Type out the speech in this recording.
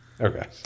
Okay